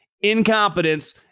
incompetence